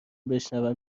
بشنوم